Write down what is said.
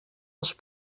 els